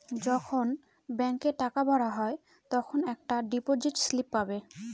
যখন ব্যাঙ্কে টাকা ভরা হয় তখন একটা ডিপোজিট স্লিপ পাবে